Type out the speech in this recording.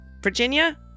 virginia